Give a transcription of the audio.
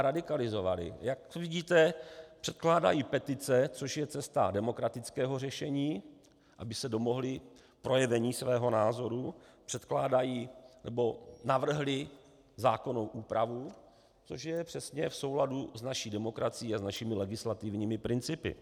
Jak vidíte, předkládají petice, což je cesta demokratického řešení, aby se domohli projevení svého názoru, předkládají nebo navrhli zákonnou úpravu, což je přesně v souladu s naší demokracií a s našimi legislativními principy.